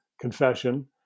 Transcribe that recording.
confession